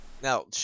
Now